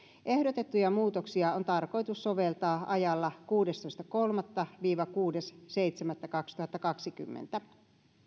ehdotettuja muutoksia on tarkoitus soveltaa ajalla kuudestoista kolmatta viiva kuudes seitsemättä kaksituhattakaksikymmentä